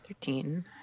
Thirteen